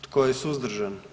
Tko je suzdržan?